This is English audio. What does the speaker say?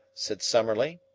said summerlee,